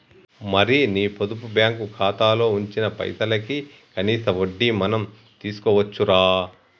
మరి నీ పొదుపు బ్యాంకు ఖాతాలో ఉంచిన పైసలకి కనీస వడ్డీ మనం తీసుకోవచ్చు రా